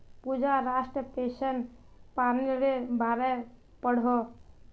पूजा राष्ट्रीय पेंशन पर्नालिर बारे पढ़ोह